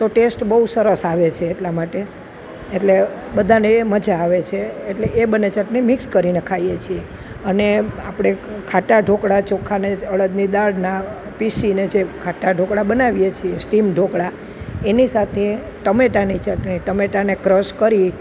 તો ટેસ્ટ બહુ સરસ આવે છે એટલા માટે એટલે બધાને એ મજા આવે છે એટલે એ બંને ચટણી મિક્સ કરીને ખાઈએ છીએ અને આપણે ખાટા ઢોકળા ચોખાને અળદની દાળના પીસીને જે ખાટા ઢોકળા બનાવીએ છીએ સ્ટીમ ઢોકળા એની સાથે ટામેટાની ચટણી ટમેટાને ક્રશ કરી